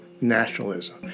nationalism